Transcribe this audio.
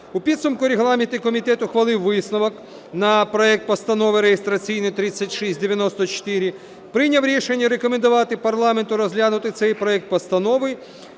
У підсумку регламентний комітет ухвалив висновок на проект постанови, реєстраційний 3694, прийняв рішення рекомендувати парламенту розглянути цей проект Постанови